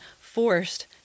forced